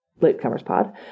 latecomerspod